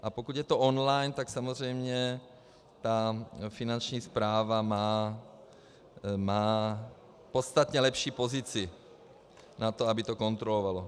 A pokud je to online, tak samozřejmě ta Finanční správa má podstatně lepší pozici na to, aby to kontrolovala.